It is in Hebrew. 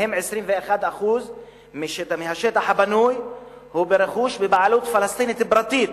מהם 21% מהשטח הבנוי הם רכוש בבעלות פלסטינית פרטית,